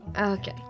Okay